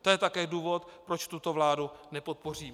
To je také důvod, proč tuto vládu nepodpořím.